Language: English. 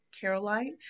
Caroline